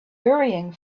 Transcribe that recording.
hurrying